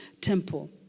temple